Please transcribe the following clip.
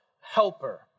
helper